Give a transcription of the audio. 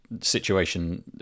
situation